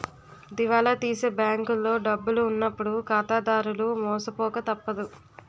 దివాలా తీసే బ్యాంకులో డబ్బు ఉన్నప్పుడు ఖాతాదారులు మోసపోక తప్పదు